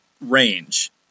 range